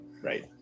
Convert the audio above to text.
Right